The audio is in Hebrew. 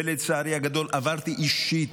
ולצערי הגדול עברתי אישית,